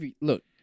Look